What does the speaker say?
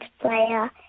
player